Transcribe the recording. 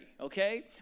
okay